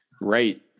Right